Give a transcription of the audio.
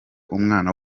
umwana